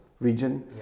region